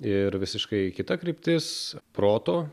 ir visiškai kita kryptis proto